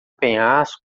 penhasco